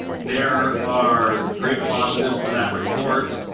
there are great positives to that report.